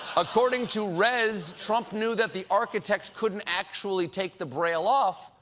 according to rez, trump knew that the architect couldn't actually take the braille off,